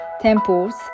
temples